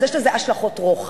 אז יש לזה השלכות רוחב,